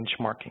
benchmarking